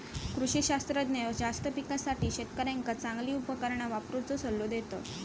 कृषी शास्त्रज्ञ जास्त पिकासाठी शेतकऱ्यांका चांगली उपकरणा वापरुचो सल्लो देतत